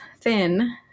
thin